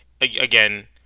again